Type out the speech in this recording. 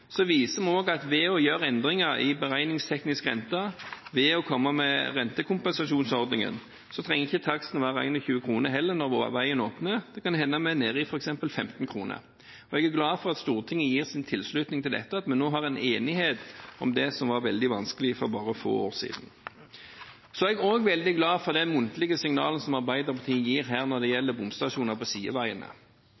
viser vi også at ved å gjøre endringer i beregningsteknisk rente, ved å komme med rentekompensasjonsordningen, trenger ikke taksten være 21 kr heller når veien åpner – det kan hende vi er nede i f.eks. 15 kr. Jeg er glad for at Stortinget gir sin tilslutning til dette, og at vi nå har en enighet om det som var veldig vanskelig for bare få år siden. Jeg er også veldig glad for det muntlige signalet som Arbeiderpartiet gir her når det gjelder bomstasjoner på sideveiene.